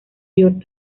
york